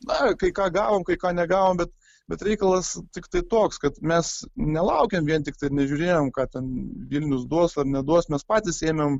nakai ką gavom kai ką negavom bet bet reikalas tiktai toks kad mes nelaukiam vien tiktai nežiūrėjom ką ten vilnius duos ar neduos mes patys ėmėm